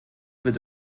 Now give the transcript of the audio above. wird